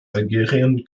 algerien